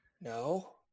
no